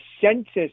Census